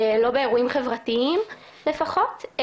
לא באירועים חברתיים לפחות.